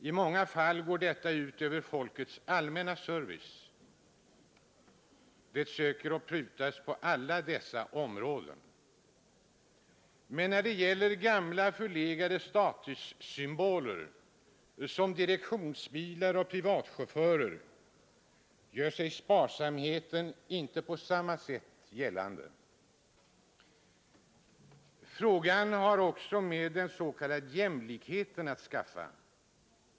I många fall går detta ut över folkets allmänna service. Man söker pruta på alla dessa områden. Men när det gäller gamla, förlegade statussymboler som direktionsbilar och privatchaufförer gör sig sparsamheten inte på samma sätt gällande. Frågan har också med den s.k. jämlikheten att skaffa.